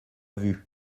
vue